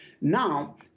Now